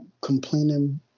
complaining